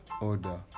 order